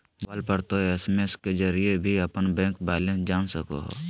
mobile पर तों SMS के जरिए भी अपन बैंक बैलेंस जान सको हो